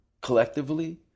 collectively